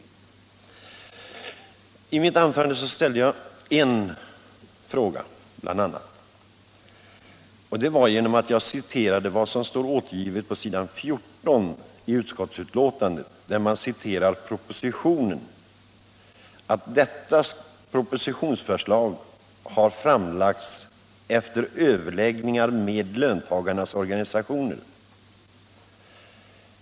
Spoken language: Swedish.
I mitt tidigare anförande ställde jag en fråga genom att citera vad som står återgivet på s. 14 i utskottsbetänkandet, där det ur propositionen citeras att förslaget har framlagts ”efter överläggningar med löntagarnas organisationer”.